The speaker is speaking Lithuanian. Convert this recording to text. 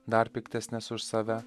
dar piktesnes už save